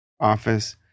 office